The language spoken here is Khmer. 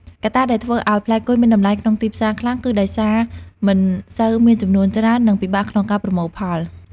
កត្តាដែលធ្វើឱ្យផ្លែគុយមានតម្លៃក្នុងទីផ្សារខ្លាំង គឺដោយសារមិនសូវ មានចំនួនច្រើន និងពិបាកក្នុងការប្រមូលផល។